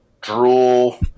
drool